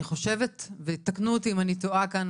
אני חושבת, ויתקנו אותי הנציגים אם אני טועה כאן